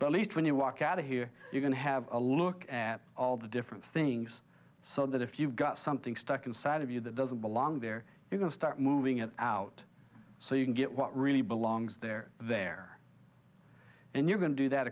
but least when you walk out of here you're going to have a look at all the different things so that if you've got something stuck inside of you that doesn't belong there you can start moving it out so you can get what really belongs there there and you're going to do that